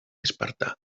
espartà